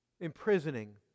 imprisoning